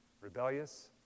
rebellious